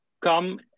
come